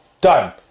done